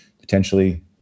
potentially